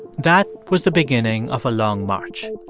that was the beginning of a long march.